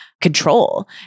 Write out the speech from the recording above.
control